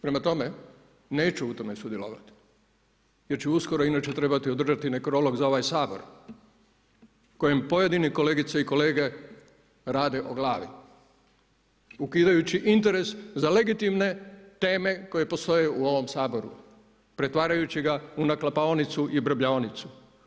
Prema tome, prema tome, neću u tome sudjelovati jer ću uskoro inače trebati održati nekrolog za ovaj Sabor kojem pojedine kolegice i kolege rade o glavi ukidajući interes za legitimne teme koje postoje u ovom Saboru, pretvarajući ga u naklapaonicu i brbljaonicu.